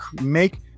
make